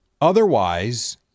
Otherwise